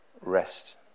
rest